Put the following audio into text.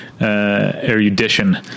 erudition